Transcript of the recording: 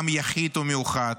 עם יחיד ומיוחד,